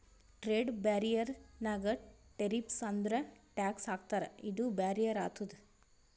trade barrier ನಾಗ್ tariffs ಅಂದುರ್ tax ಹಾಕ್ತಾರ ಇದು ಬ್ಯಾರಿಯರ್ ಆತುದ್